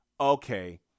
Okay